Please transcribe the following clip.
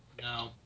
No